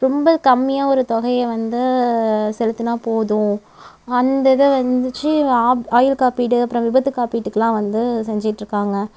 ரொம்ப கம்மியாக ஒரு தொகையை வந்து செலுத்தினாப் போதும் அந்த இதை வந்துச்சு ஆப் ஆயுள் காப்பீடு அப்புறம் விபத்துக் காப்பீட்டுக்கலாம் வந்து செஞ்சிட்டு இருக்காங்க